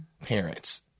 parents